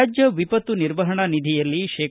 ರಾಜ್ಯವಿಪತ್ತು ನಿರ್ವಹಣಾ ನಿಧಿಯಲ್ಲಿ ಶೇ